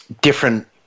different